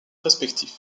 respectifs